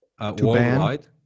worldwide